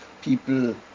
people